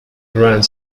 grand